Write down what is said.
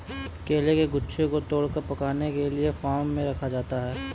केले के गुच्छों को तोड़कर पकाने के लिए फार्म में रखा जाता है